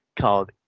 called